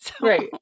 Right